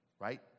right